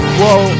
whoa